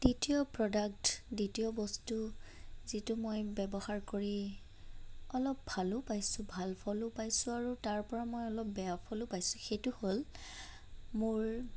দ্বিতীয় প্ৰডাক্ট দ্বিতীয় বস্তু যিটো মই ব্যৱহাৰ কৰি অলপ ভালো পাইছোঁ ভাল ফলো পাইছোঁ আৰু তাৰপৰা মই অলপ বেয়া ফলো পাইছোঁ সেইটো হ'ল মোৰ